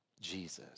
Jesus